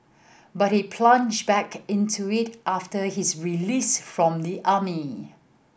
but he plunged back into it after his release from the army